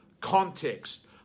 context